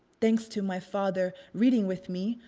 thanks to my father, reading with me,